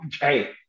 hey